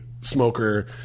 smoker